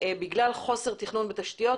בגלל חוסר תכנון בתשתיות,